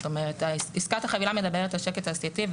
זאת אומרת עסקת החבילה מדברת על שקט תעשייתי,